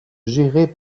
gérée